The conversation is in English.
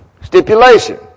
stipulation